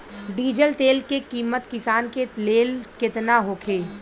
Diesel तेल के किमत किसान के लेल केतना होखे?